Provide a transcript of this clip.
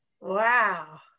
wow